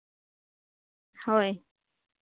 ᱦᱳᱭ